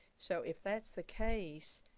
so if that's the case,